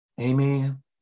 Amen